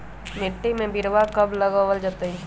मिट्टी में बिरवा कब लगवल जयतई?